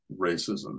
racism